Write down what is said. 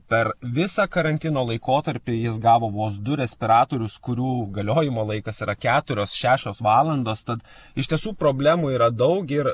per visą karantino laikotarpį jis gavo vos du respiratorius kurių galiojimo laikas yra keturios šešios valandos tad iš tiesų problemų yra daug ir